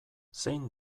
zein